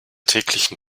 täglichen